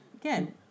Again